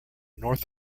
north